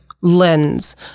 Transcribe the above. lens